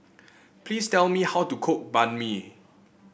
please tell me how to cook Banh Mi